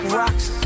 rocks